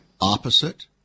opposite